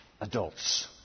adults